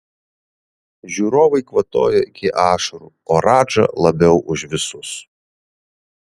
žiūrovai kvatojo iki ašarų o radža labiau už visus